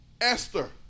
Esther